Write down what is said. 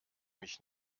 mich